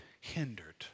hindered